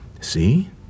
See